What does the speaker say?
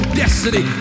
destiny